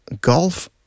golf